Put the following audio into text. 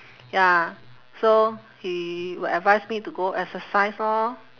ya so he will advise me to go exercise lor